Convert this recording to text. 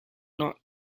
not